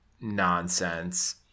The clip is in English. nonsense